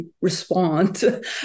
respond